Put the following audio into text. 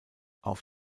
auf